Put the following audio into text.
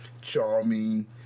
charming